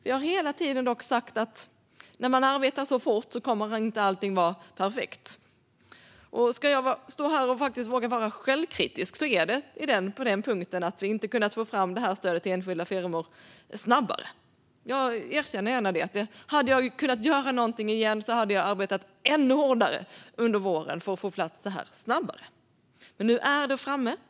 Vi har dock hela tiden sagt att när man arbetar så fort kommer allting inte att vara perfekt. Ska jag stå här och faktiskt våga vara självkritisk gäller det punkten att vi inte har kunnat få fram stödet till enskilda firmor snabbare. Jag erkänner gärna att hade jag kunnat göra någonting igen skulle jag ha arbetat ännu hårdare under våren för att få det här på plats snabbare. Men nu är det här.